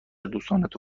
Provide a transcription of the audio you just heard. دوستانتو